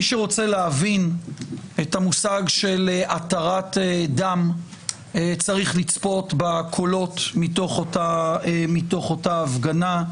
מי שרוצה להבין את המושג של התרת דם צריך לצפות בקולות מתוך אותה הפגנה.